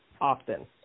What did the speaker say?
often